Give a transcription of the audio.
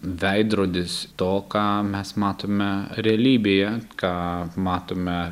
veidrodis to ką mes matome realybėje ką matome